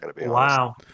Wow